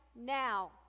now